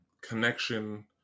connection